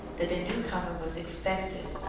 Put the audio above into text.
that a new-comer was expected,